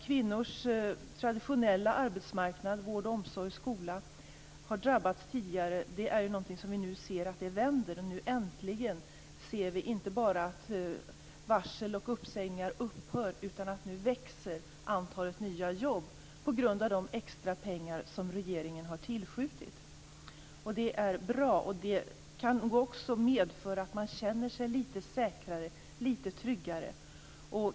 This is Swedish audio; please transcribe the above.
Kvinnors traditionella arbetsmarknad - vård, omsorg och skola - har tidigare drabbats. Vi ser nu att det vänder. Äntligen ser vi inte bara att varsel och uppsägningar upphör, utan nu växer antalet nya jobb på grund av de extra pengar som regeringen har tillskjutit. Det är bra. Det kan också medföra att man känner sig litet säkrare och litet tryggare.